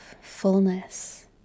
fullness